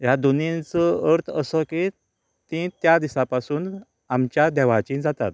ह्या दोनी हांचो अर्थ असो की तीं त्या दिसा पासून आमच्या देवाचीं जातात